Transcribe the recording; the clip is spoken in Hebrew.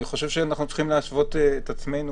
אני חושב שאנחנו צריכים להשוות את עצמנו,